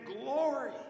glory